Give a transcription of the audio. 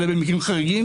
אלא במקרים חריגים